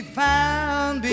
found